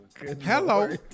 Hello